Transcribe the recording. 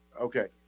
Okay